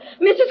Mrs